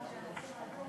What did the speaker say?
איילת שקד, עד שלוש